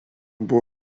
buvo